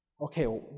Okay